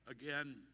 Again